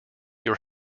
your